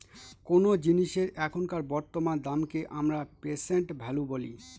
কোনো জিনিসের এখনকার বর্তমান দামকে আমরা প্রেসেন্ট ভ্যালু বলি